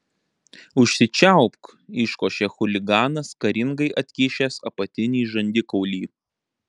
užsičiaupk iškošė chuliganas karingai atkišęs apatinį žandikaulį